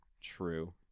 true